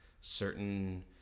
certain